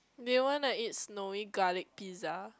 do you want to eat snowy garlic pizza